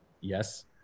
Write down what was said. yes